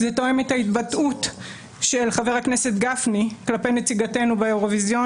זה תואם את ההתבטאות של חבר הכנסת גפני כלפי נציגתנו באירוויזיון,